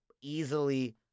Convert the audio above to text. easily